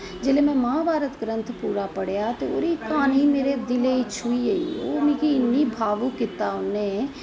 जिसले में महाभारत ग्रंथ पूरा पढे़आ ते ओह्दे च क्हानी मेरे दिले गी छूही गेई मिकी इन्ना भावुक कीता उनें